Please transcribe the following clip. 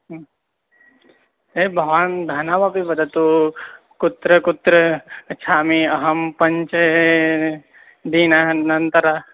हे भवान् धनमपि वदतु कुत्र कुत्र गच्छामि अहं पञ्च दिनानन्तरं